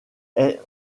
est